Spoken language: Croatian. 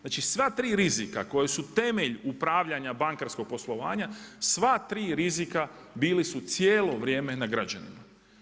Znači, sva tri rizika koji su temelj upravljanja bankarskog poslovanja, sva tri rizika bili su cijelo vrijeme na građanima.